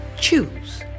choose